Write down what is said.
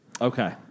Okay